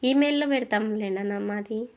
ఈమెయిల్లో పెడతాంలే అన్నా